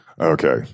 okay